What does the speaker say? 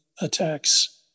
attacks